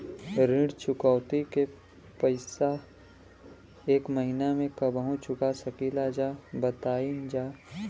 ऋण चुकौती के पैसा एक महिना मे कबहू चुका सकीला जा बताईन जा?